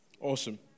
Awesome